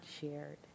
shared